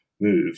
move